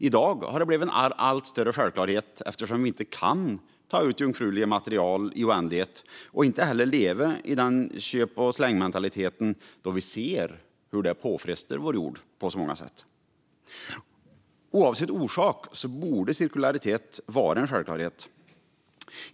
I dag har det blivit en allt större självklarhet eftersom vi inte kan ta ut jungfruliga material i oändlighet och inte heller kan leva i en köp-och-släng-mentalitet när vi ser hur det påfrestar vår jord på så många sätt. Oavsett orsak borde cirkularitet vara en självklarhet.